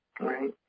Right